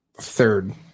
third